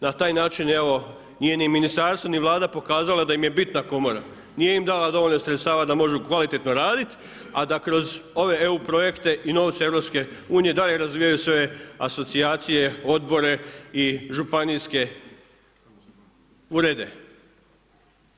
Na taj način evo nije ni ministarstvo no Vlada pokazala da im je bitna komora, nije im dala dovoljno sredstava da mogu kvalitetno raditi a da kroz ove EU projekte i novce EU-a dalje razvijaju svoje asocijacije, odbore i županijske urede.